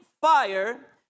Fire